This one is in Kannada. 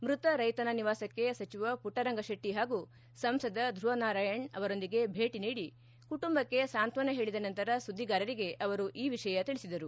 ಮೃತ ರೈತನ ನಿವಾಸಕ್ಕೆ ಸಚಿವ ಪುಟ್ಪರಂಗಶೆಟ್ಟಿ ಹಾಗೂ ಸಂಸದ ಧೃವ ನಾರಾಯಣ್ ಅವರೊಂದಿಗೆ ಭೇಟಿ ನೀಡಿ ಕುಟುಂಬಕ್ಕೆ ಸಾಂತ್ವನ ಹೇಳಿದ ನಂತರ ಸುದ್ದಿಗಾರರಿಗೆ ಅವರು ಈ ವಿಷಯ ತಿಳಿಸಿದರು